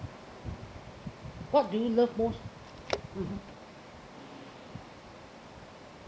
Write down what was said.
what do you love most mmhmm